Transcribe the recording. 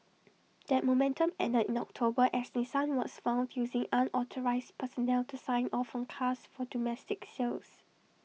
that momentum ended in October as Nissan was found using unauthorised personnel to sign off on cars for domestic sales